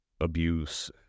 abuse